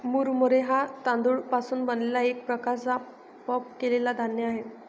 मुरमुरे हा तांदूळ पासून बनलेला एक प्रकारचा पफ केलेला धान्य आहे